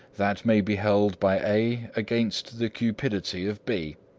that may be held by a against the cupidity of b.